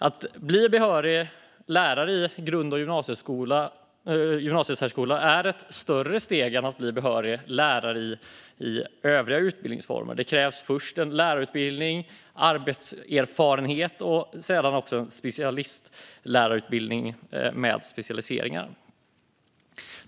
Att bli behörig lärare i grund och gymnasiesärskola är ett större steg än att bli behörig lärare i övriga utbildningsformer. Det krävs först en lärarutbildning och arbetserfarenhet och sedan en speciallärarutbildning med specialiseringar.